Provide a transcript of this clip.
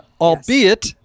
Albeit